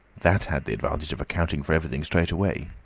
that had the advantage of accounting for everything straight away.